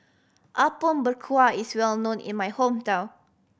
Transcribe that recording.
Apom Berkuah is well known in my hometown